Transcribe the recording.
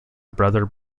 brother